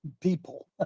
people